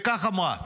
וכך אמרה: